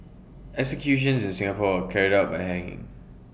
executions is in Singapore are carried out by hanging